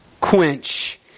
quench